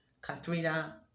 Katrina